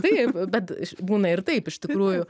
taip bet būna ir taip iš tikrųjų